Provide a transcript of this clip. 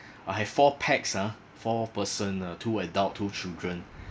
I have four pax ah four person uh two adult two children